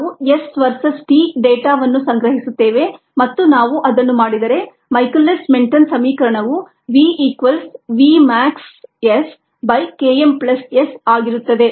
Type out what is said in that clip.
ನಾವು S versus t ಡೇಟಾವನ್ನು ಸಂಗ್ರಹಿಸುತ್ತೇವೆ ಮತ್ತು ನಾವು ಅದನ್ನು ಮಾಡಿದರೆ ಮೈಕೆಲಿಸ್ ಮೆನ್ಟೆನ್ ಸಮೀಕರಣವು v equals v max S by K m plus S ಆಗಿರುತ್ತದೆ